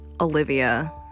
Olivia